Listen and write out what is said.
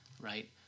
right